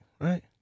right